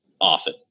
often